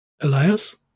Elias